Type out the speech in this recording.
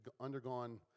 undergone